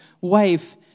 wife